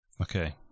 Okay